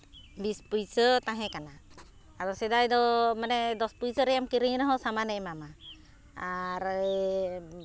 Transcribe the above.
ᱵᱤᱥ ᱯᱚᱭᱥᱟ ᱛᱟᱦᱮᱸ ᱠᱟᱱᱟ ᱟᱫᱚ ᱥᱮᱫᱟᱭ ᱫᱚ ᱢᱟᱱᱮ ᱫᱚᱥ ᱯᱚᱭᱥᱟ ᱨᱮᱭᱟᱜ ᱮᱢ ᱠᱤᱨᱤᱧ ᱨᱮᱦᱚᱸ ᱥᱟᱢᱟᱱᱮ ᱮᱢᱟᱢᱟ ᱟᱨ